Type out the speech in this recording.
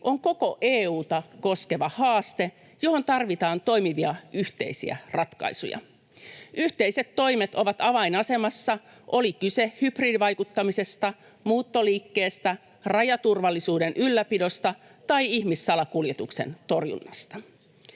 on koko EU:ta koskeva haaste, johon tarvitaan toimivia yhteisiä ratkaisuja. Yhteiset toimet ovat avainasemassa, oli kyse hybridivaikuttamisesta, muuttoliikkeestä, rajaturvallisuuden ylläpidosta tai ihmissalakuljetuksen torjunnasta.